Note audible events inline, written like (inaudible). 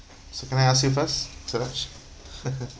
so can I ask you first (laughs)